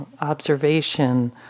observation